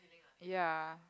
ya